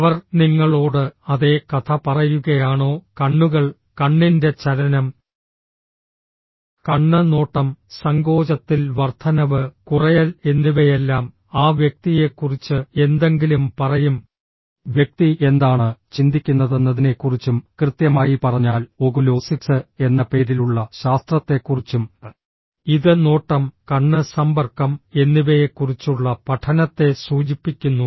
അവർ നിങ്ങളോട് അതേ കഥ പറയുകയാണോ കണ്ണുകൾ കണ്ണിന്റെ ചലനം കണ്ണ് നോട്ടം സങ്കോചത്തിൽ വർദ്ധനവ് കുറയൽ എന്നിവയെല്ലാം ആ വ്യക്തിയെക്കുറിച്ച് എന്തെങ്കിലും പറയും വ്യക്തി എന്താണ് ചിന്തിക്കുന്നതെന്നതിനെക്കുറിച്ചും കൃത്യമായി പറഞ്ഞാൽ ഒകുലോസിക്സ് എന്ന പേരിലുള്ള ശാസ്ത്രത്തെക്കുറിച്ചും ഇത് നോട്ടം കണ്ണ് സമ്പർക്കം എന്നിവയെക്കുറിച്ചുള്ള പഠനത്തെ സൂചിപ്പിക്കുന്നു